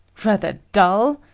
rather dull?